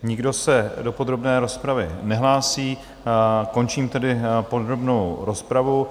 Nikdo se do podrobné rozpravy nehlásí, končím tedy podrobnou rozpravu.